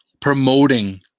promoting